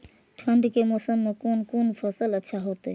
ठंड के मौसम में कोन कोन फसल अच्छा होते?